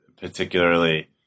particularly